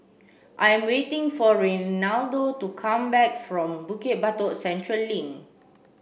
I'm waiting for Reynaldo to come back from Bukit Batok Central Link